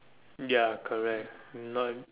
ya correct non